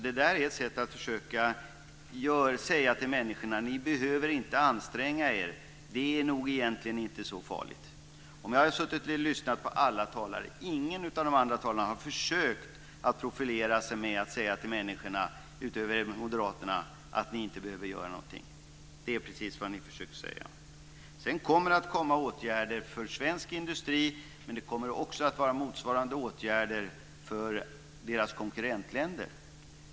Det där är ett sätt att försöka säga till människor att de inte behöver anstränga sig därför att det nog inte är så farligt. Jag har nu lyssnat på alla talare, och inga andra än moderaten har försökt profilera sig genom att säga till människor att de inte behöver göra någonting. Det är precis vad Moderaterna försöker säga. Sedan kommer det åtgärder för svensk industri, men det kommer också motsvarande åtgärder för konkurrentländerna.